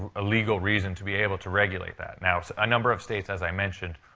a legal reason to be able to regulate that. now, a number of states, as i mentioned,